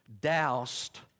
doused